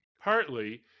Partly